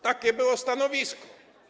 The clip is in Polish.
Takie było stanowisko.